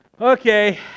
Okay